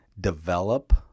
develop